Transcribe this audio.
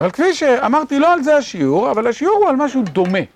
אבל כפי שאמרתי, לא על זה השיעור, אבל השיעור הוא על משהו דומה.